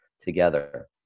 together